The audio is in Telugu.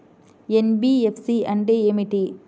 ఎన్.బీ.ఎఫ్.సి అంటే ఏమిటి?